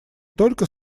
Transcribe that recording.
только